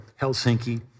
Helsinki